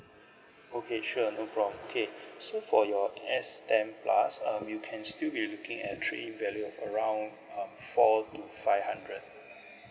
okay sure no problem okay so for your S ten plus um you can still be looking at trade in value of around um four to five hundred